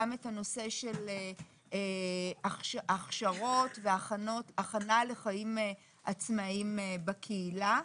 גם את הנושא של הכשרות והכנה לחיים עצמאיים בקהילה.